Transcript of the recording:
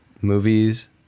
movies